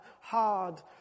hard